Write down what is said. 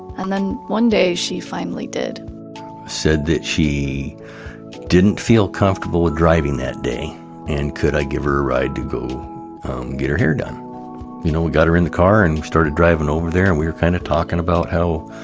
and then one day, she finally did. she said that she she didn't feel comfortable with driving that day and could i give her a ride to go get her hair done. you know, we got her in the car and started driving over there and we kind of talking about how,